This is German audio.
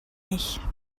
ich